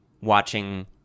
watching